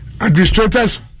Administrators